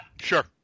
Sure